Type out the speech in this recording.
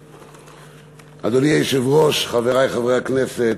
אדוני היושב-ראש, חברי חברי הכנסת,